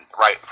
right